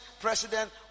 President